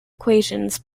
equations